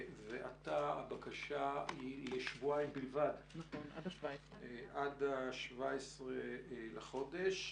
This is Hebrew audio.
ועתה הבקשה היא לשבועיים בלבד, עד 17 לחודש.